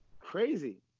crazy